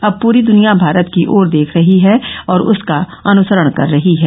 अब पूरी द्वनिया भारत की ओर देख रही है और उसका अनुसरण कर रही है